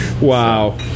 Wow